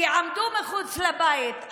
כי עמדו מחוץ לבית.